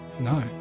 No